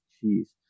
cheese